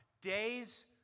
days